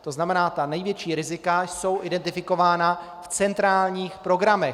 To znamená, ta největší rizika jsou identifikována v centrálních programech.